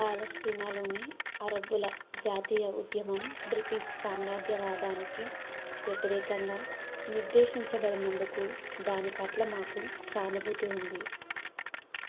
పాలస్తీనాలోని అరబ్బుల జాతీయ ఉద్యమం బ్రిటీష్ సామ్రాజ్యవాదానికి వ్యతిరేకంగా నిర్దేశించబడినందుకు దాని పట్ల మాకు సానుభూతి ఉంది